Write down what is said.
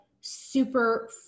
super